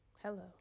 Hello